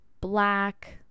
black